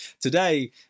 Today